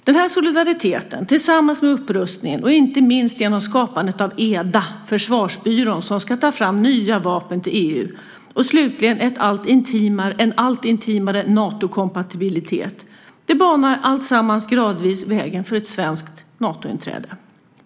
Denna solidaritet tillsammans med upprustning, inte minst genom skapandet av EDA - försvarsbyrån som ska ta fram nya vapen till EU - och en allt intimare Natokompatibilitet, banar gradvis vägen för ett svenskt Natointräde.